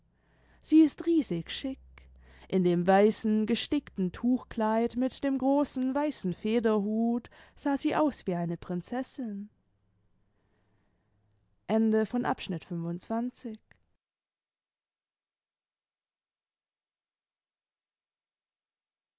sie ist riesig schick in dem weißen gestickten tuchkleid mit dem großen weißen federhut sah sie aus wie eine prinzessin